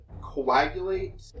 coagulate